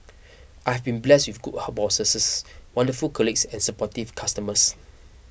I have been blessed with good bosses wonderful colleagues and supportive customers